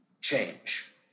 change